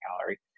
calorie